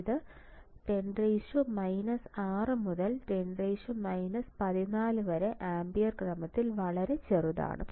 ഇത് 10 6 മുതൽ 10 14 വരെ ആമ്പിയർ ക്രമത്തിൽ വളരെ ചെറുതാണ്